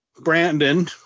Brandon